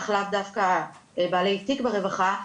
אך לאו דווקא בעלי תיק ברווחה,